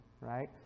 right